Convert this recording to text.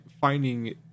finding